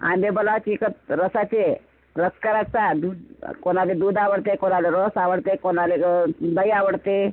आंदे बोलात इकत रसाचे रस करायचा दूध कोणाला दूध आवडते कोणाला रस आवडते कोणाला दही आवडते